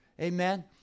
Amen